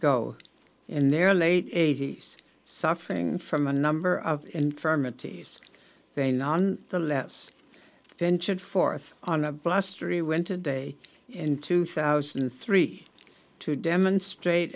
ago in their late eighties suffering from a number of infirmities they non the less ventured forth on a blustery when today in two thousand and three to demonstrate